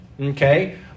okay